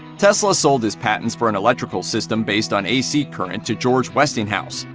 tesla sold his patents for an electrical system based on ac current to george westinghouse.